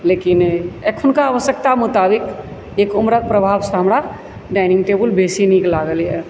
लेकिन एखनुका आवश्यकता मुताबिक एक उम्रक प्रभावसंँ हमरा डाइनिङ्ग टेबुल बेसी नीक लागल यऽ